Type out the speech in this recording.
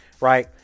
right